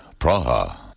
Praha